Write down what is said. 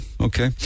okay